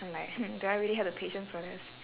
I'm like hmm do I really have the patience for this